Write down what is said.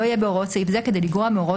לא יהיה בהוראות סעיף זה כדי לגרוע מהוראות